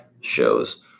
shows